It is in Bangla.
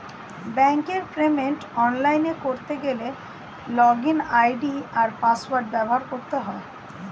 ব্যাঙ্কের পেমেন্ট অনলাইনে করতে গেলে লগইন আই.ডি আর পাসওয়ার্ড ব্যবহার করতে হয়